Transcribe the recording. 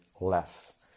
Less